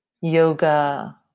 yoga